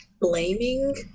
blaming